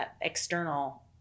external